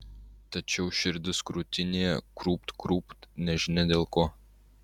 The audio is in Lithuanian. tačiau širdis krūtinėje krūpt krūpt nežinia dėl ko